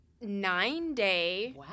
nine-day